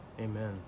amen